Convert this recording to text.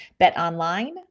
BetOnline